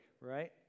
right